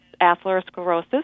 atherosclerosis